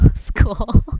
school